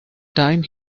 time